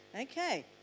Okay